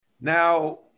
now